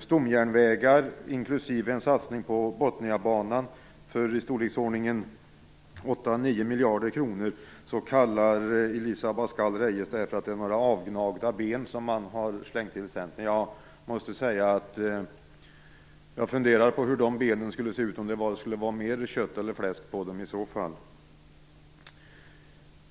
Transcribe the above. stomjärnvägar inklusive en satsning på Botniabanan för i storleksordningen 8-9 miljarder kronor, säger Elisa Abascal Reyes att det är några avgnagda ben som man har slängt till Centern. Jag funderar i så fall på hur de benen hade sett ut om det hade varit mer kött eller fläsk på dem.